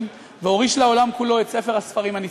והוריש לעולם כולו את ספר הספרים הנצחי".